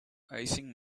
icing